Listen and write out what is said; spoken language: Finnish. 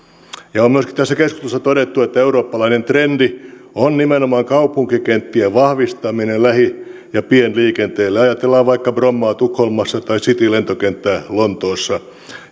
on myöskin tässä keskustelussa todettu että eurooppalainen trendi on nimenomaan kaupunkikenttien vahvistaminen lähi ja pienliikenteelle ajatellaan vaikka brommaa tukholmassa tai city lentokenttää lontoossa